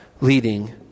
leading